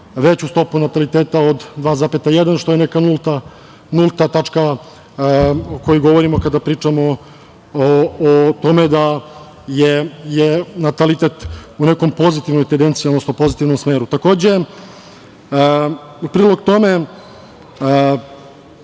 veću stopu nataliteta od 2,1, što je neka nulta tačka o kojoj govorimo kada pričamo o tome da je natalitet u nekoj pozitivnoj tendenciji, odnosno pozitivnom smeru. Takođe, u prilog tome,